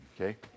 okay